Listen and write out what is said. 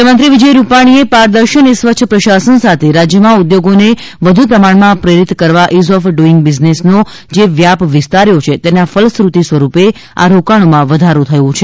મુખ્યમંત્રી શ્રી વિજય રૂપાણીએ પારદર્શી અને સ્વચ્છ પ્રશાસન સાથે રાજ્યમાં ઉદ્યોગોને વધુ પ્રમાણમાં પ્રેરિત કરવા ઇઝ ઓફ ડુઇંગ બિઝનેશનો જે વ્યાપ વિસ્તર્યો છે તેના ફલશ્રુતિ સ્વરૂપે આ રોકાણોમાં વધારો થયો છે